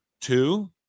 two